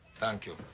thank you.